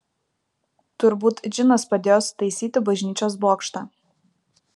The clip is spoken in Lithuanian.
turbūt džinas padėjo sutaisyti bažnyčios bokštą